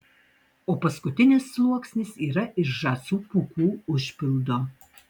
o paskutinis sluoksnis yra iš žąsų pūkų užpildo